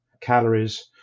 calories